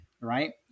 right